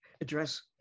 address